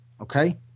Okay